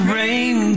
rain